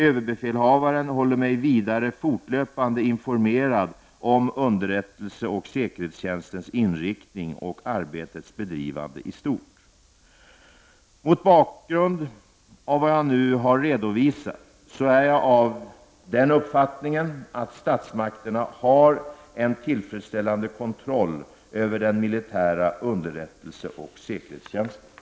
Överbefälhavaren håller mig vidare fortlöpande informerad om underrättelse och säkerhetstjänstens inriktning och arbetets bedrivande i stort. Mot bakgrund av vad jag nu har redovisat är jag av den uppfattningen att statsmakterna har en tillfredsställande kontroll över den militära underrättelse och säkerhetstjänsten.